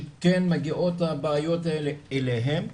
שכן מגיעות הבעיות האלה אליהם,